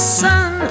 sun